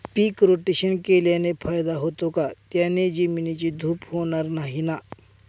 पीक rotation केल्याने फायदा होतो का? त्याने जमिनीची धूप होणार नाही ना?